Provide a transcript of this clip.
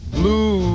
blue